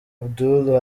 abdul